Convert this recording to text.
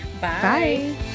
Bye